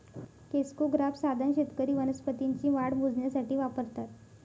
crescograph साधन शेतकरी वनस्पतींची वाढ मोजण्यासाठी वापरतात